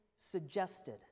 suggested